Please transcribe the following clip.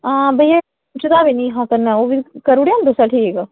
हां भैया ओह् बी करूड़ेआ निं तुसें ठीक